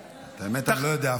האמת, אני לא יודע.